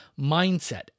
mindset